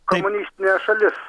komunistinė šalis